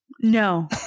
No